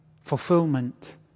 fulfillment